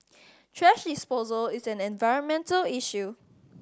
thrash disposal is an environmental issue